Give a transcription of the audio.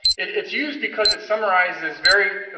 it's used because it's summarizes very,